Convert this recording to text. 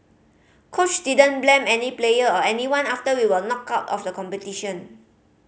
coach didn't blame any player or anyone after we were knocked out of the competition